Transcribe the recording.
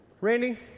Randy